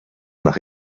nach